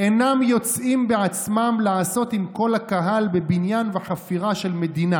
"אינם יוצאין בעצמן לעשות עם כל הקהל בבניין וחפירה של מדינה